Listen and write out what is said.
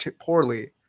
poorly